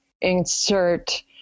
insert